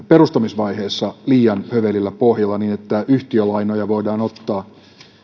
perustamisvaiheessa liian hövelillä pohjalla niin että yhtiölainoja voidaan ottaa